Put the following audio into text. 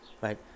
right